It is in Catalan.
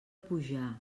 pujar